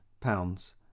pounds